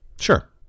sure